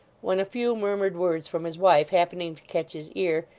when a few murmured words from his wife happening to catch his ear,